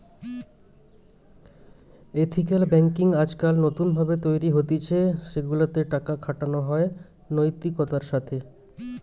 ethical banking আজকাল নতুন ভাবে তৈরী হতিছে সেগুলা তে টাকা খাটানো হয় নৈতিকতার সাথে